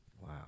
wow